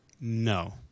No